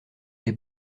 les